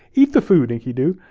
eat the food, enkidu.